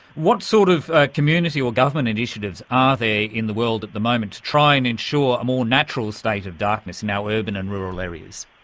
what sort of community or government initiatives are there in the world at the moment to try and ensure a more natural state of darkness in our urban and rural areas?